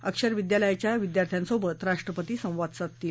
अक्षर विद्यालयाच्या विद्यार्थ्यांसोबत राष्ट्रपती संवाद साधतील